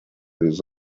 his